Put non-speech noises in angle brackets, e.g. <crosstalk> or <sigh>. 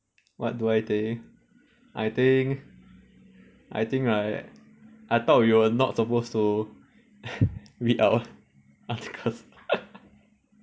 what do I think I think I think I I thought we were not supposed to <laughs> read out articles <laughs>